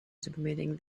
submitting